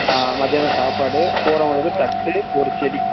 மத்தியானம் சாப்பாடு போறவங்களுக்குத் தட்டு ஒருச் செடி